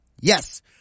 Yes